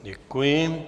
Děkuji.